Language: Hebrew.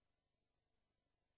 אני